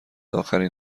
اخرین